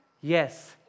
Yes